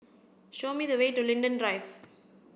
show me the way to Linden Drive